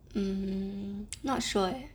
I'm not sure